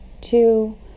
two